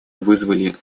вызвали